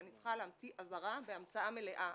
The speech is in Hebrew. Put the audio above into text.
אני צריכה להמציא הבהרה בהמצאה מלאה.